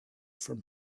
from